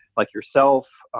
like yourself,